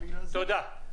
תודה.